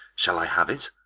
shall i have it?